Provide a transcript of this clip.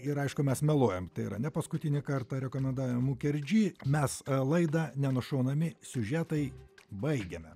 ir aišku mes meluojam tai yra ne paskutinį kartą rekomendavę mukerdži mes laidą nenušaunami siužetai baigiame